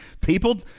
People